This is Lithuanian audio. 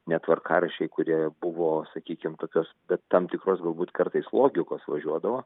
net tvarkaraščiai kurie buvo sakykim tokios be tam tikros galbūt kartais logikos važiuodavo